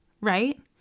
right